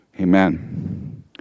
Amen